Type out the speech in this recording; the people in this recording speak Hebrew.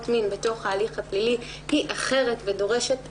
מין בתוך ההליך הפלילי היא אחרת ודורשת